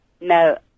No